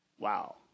wow